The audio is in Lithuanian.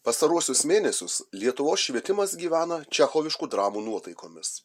pastaruosius mėnesius lietuvos švietimas gyveno čechoviškų dramų nuotaikomis